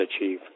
achieve